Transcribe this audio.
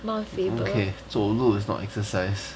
okay 走路 is not exercise